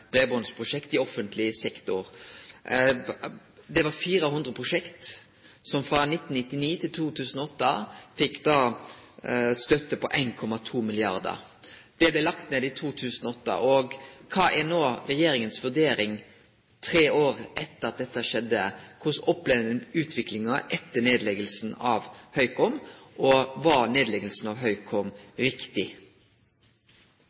breibandsprosjekt i offentleg sektor. Det var 400 prosjekt som frå 1999 til 2008 fekk støtte på 1,2 milliardar kr. Høykom blei lagd ned i 2008. Kva er no regjeringas vurdering tre år etter at dette skjedde? Korleis opplever ein utviklinga etter nedlegginga av Høykom? Var nedlegginga av Høykom